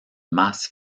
más